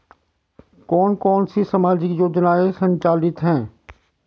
कौन कौनसी सामाजिक योजनाएँ संचालित है?